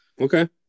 okay